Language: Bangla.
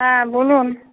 হ্যাঁ বলুন